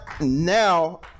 now